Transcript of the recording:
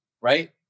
right